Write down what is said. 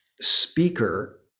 speaker